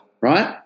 right